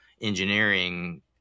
engineering